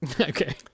Okay